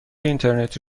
اینترنتی